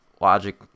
Logic